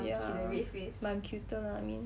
ya but I'm cuter lah I mean